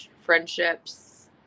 friendships